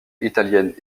italiennes